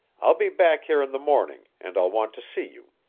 i'll be back here in the morning, and i'll want to see you.